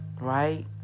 right